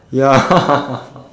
ya